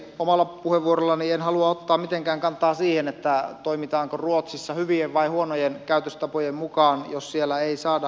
omalla puheenvuorollani en halua ottaa mitenkään kantaa siihen toimitaanko ruotsissa hyvien vai huonojen käytöstapojen mukaan jos siellä ei saada hallitusta aikaan